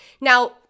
Now